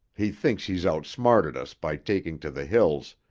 he thinks he's outsmarted us by taking to the hills,